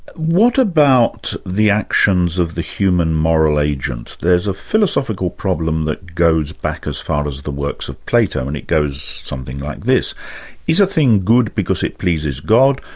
what about the actions of the human moral agents? there's a philosophical problem that goes back as far as the works of plato, and it goes something like this is a thing good because it pleases god,